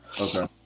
Okay